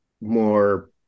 More